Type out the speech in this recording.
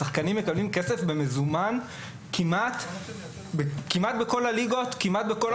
שחקנים מקבלים כסף במזומן כמעט בכל הליגות ובכל הקבוצות.